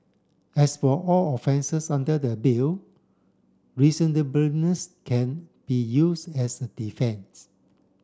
as for all offences under the Bill reasonableness can be used as a defence